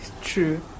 True